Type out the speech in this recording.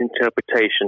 interpretation